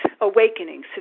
awakening